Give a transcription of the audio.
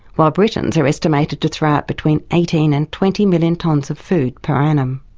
while britons are estimated to throw out between eighteen and twenty million tonnes of food per annum